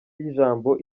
y’ijambo